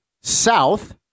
south